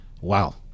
wow